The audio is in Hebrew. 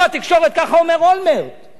ככה אומר אולמרט ואז,